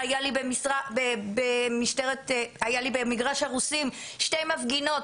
היה לי מקרה במגרש הרוסים של שתי מפגינות,